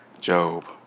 Job